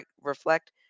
reflect